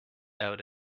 out